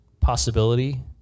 possibility